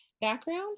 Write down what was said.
background